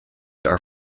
are